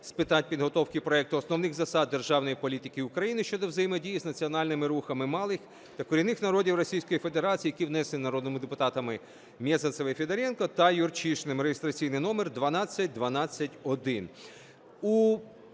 питань підготовки проекту основних засад державної політики України щодо взаємодії з національними рухами малих та корінних народів Російської Федерації, який внесений народними депутатами Мезенцевою-Федоренко та Юрчишиним (реєстраційний номер 12121).